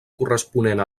corresponent